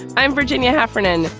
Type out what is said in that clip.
i'm virginia heffernan.